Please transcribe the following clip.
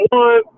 one